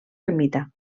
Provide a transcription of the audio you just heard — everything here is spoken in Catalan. ermita